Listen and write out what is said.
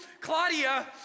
Claudia